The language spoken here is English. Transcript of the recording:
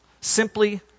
simply